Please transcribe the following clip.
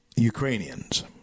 Ukrainians